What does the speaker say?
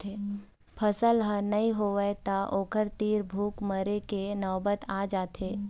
फसल ह नइ होवय त ओखर तीर भूख मरे के नउबत आ जाथे